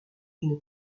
une